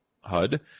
HUD